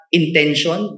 intention